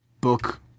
book